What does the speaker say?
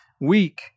weak